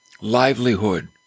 livelihood